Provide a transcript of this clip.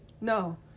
No